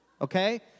okay